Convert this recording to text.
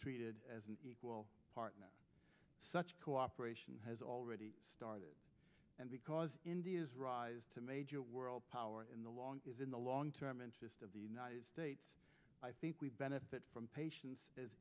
treated as an equal partner such cooperation has already started and because india's rise to major world power in the long is in the long term interest of the united states i think we benefit from patience